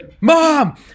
mom